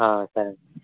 సరే అండి